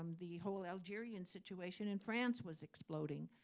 um the whole algerian situation in france was exploding.